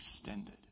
extended